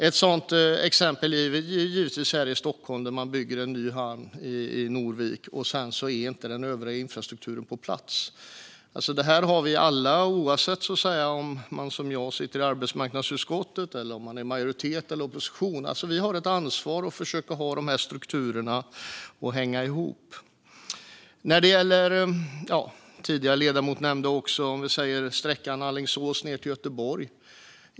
Ett exempel finns här i Stockholm där man bygger en ny hamn i Norvik men där den övriga infrastrukturen inte är på plats. Här har vi alla, oavsett om man som jag sitter i arbetsmarknadsutskottet och oavsett om man är i majoritet eller i opposition, ett ansvar att försöka få dessa strukturer att hänga ihop. Den tidigare ledamoten nämnde detta också. Vi kan prata om sträckan från Alingsås till Göteborg.